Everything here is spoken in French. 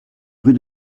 rue